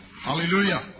Hallelujah